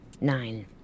Nine